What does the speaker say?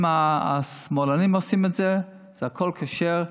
אם השמאלנים עושים את זה, זה הכול כשר.